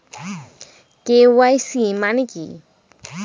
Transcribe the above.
KYC মানে কি?